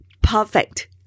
perfect